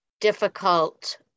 difficult